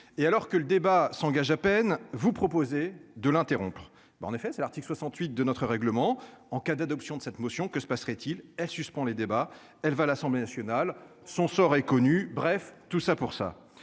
et alors que le débat s'engage à peine vous proposez de l'interrompre. Ben en effet c'est l'article 68 de notre règlement en cas d'adoption de cette motion, que se passerait-il elle suspend les débats. Elle va à l'Assemblée nationale. Son sort est connue. Bref tout ça pour ça